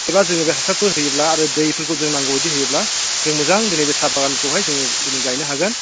एबा जों बे हासारफोर होयोब्ला आरो दैफोरखौ जों नांगौ बायदि होयोब्ला जों मोजां दिनै बे साहा बागानखौहाय जों दिनै गायनो हागोन